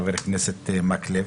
חבר הכנסת מקלב.